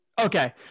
Okay